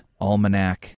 Almanac